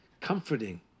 comforting